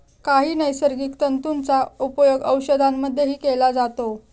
काही नैसर्गिक तंतूंचा उपयोग औषधांमध्येही केला जातो